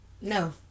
No